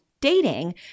dating